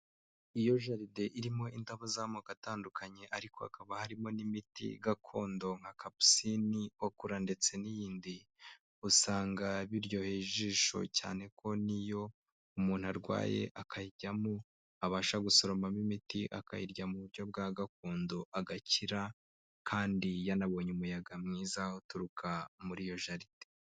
Iyo jaride irimo indabo z'amoko atandukanye ariko hakaba harimo n'imiti gakondo nka kapusine, okura ndetse n'iyindi, usanga biryoheye ijisho cyane ko n'iyo umuntu arwaye akajyamo abasha gusoromamo imiti akayirya mu buryo bwa gakondo agakira kandi yanabonye umuyaga mwiza uturuka muri iyo jaride.